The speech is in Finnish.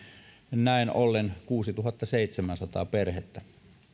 näin ollen kuusituhattaseitsemänsataa perhettä